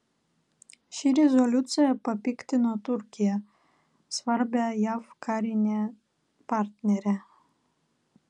ši rezoliucija papiktino turkiją svarbią jav karinę partnerę